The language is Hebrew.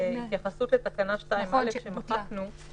יש התייחסות לתקנה 2א, שמחקנו.